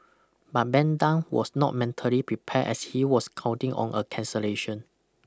but Ben Tan was not mentally prepared as he was counting on a cancellation